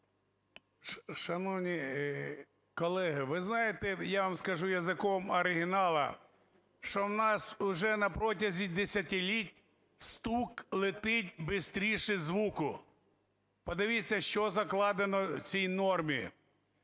Шановні колеги, ви знаєте, я вам скажу язиком оригіналу, що у нас вже на протязі десятиліть стук летить бистріше звуку. Подивіться, що закладено в цій нормі?